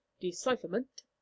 decipherment